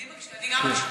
אני גם מקשיבה.